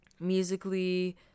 Musically